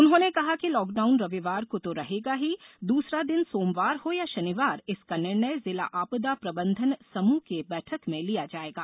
उन्होंने कहा कि लॉकडाउन रविवार को तो रहेगा ही दूसरा दिन सोमवार हो या शनिवार इसका निर्णय जिला आपदा प्रबंधन समूह की बैठक में लिया जायेगा